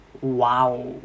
Wow